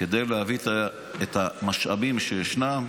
כדי להביא את המשאבים שישנם